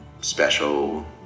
special